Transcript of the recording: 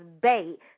bait